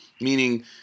meaning